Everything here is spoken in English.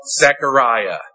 Zechariah